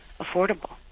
affordable